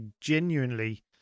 genuinely